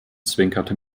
zwinkerte